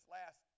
last